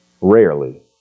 Rarely